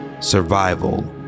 survival